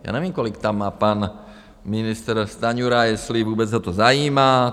Já nevím, kolik tam má pan ministr Stanjura, jestli vůbec ho to zajímá.